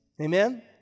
Amen